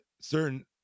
certain